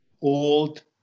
old